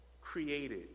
created